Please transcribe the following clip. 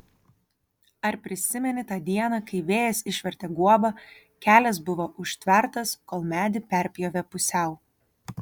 ar prisimeni tą dieną kai vėjas išvertė guobą kelias buvo užtvertas kol medį perpjovė pusiau